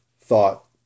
thought